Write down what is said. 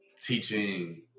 teaching